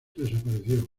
desapareció